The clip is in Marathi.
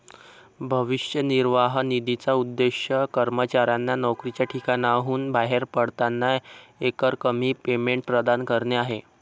भविष्य निर्वाह निधीचा उद्देश कर्मचाऱ्यांना नोकरीच्या ठिकाणाहून बाहेर पडताना एकरकमी पेमेंट प्रदान करणे आहे